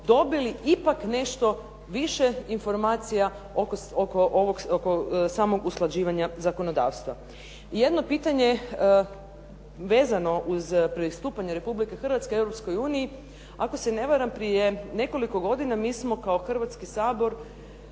dobili ipak nešto više informacija oko samog usklađivanja zakonodavstva. Jedno pitanje vezano uz pristupanje Republike Hrvatske Europskoj uniji. Ako se ne varam prije nekoliko godina mi smo kao Hrvatski sabor